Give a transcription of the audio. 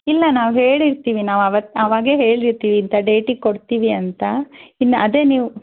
ಇಲ್ಲ ನಾವು ಹೇಳಿರ್ತೀವಿ ನಾವು ಆವತ್ತು ಆವಾಗೆ ಹೇಳಿರ್ತೀವಿ ಇಂಥ ಡೇಟಿಗೆ ಕೊಡ್ತೀವಿ ಅಂತ ಇಲ್ಲ ಅದೇ ನೀವು